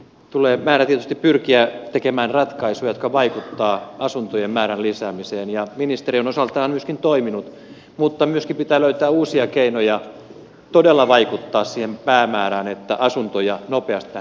tulee määrätietoisesti pyrkiä tekemään ratkaisuja jotka vaikuttavat asuntojen määrän lisäämiseen ja ministeri on osaltaan myöskin toiminut mutta myöskin pitää löytää uusia keinoja todella vaikuttaa siihen päämäärään että asuntoja nopeasti lähtee syntymään